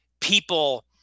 people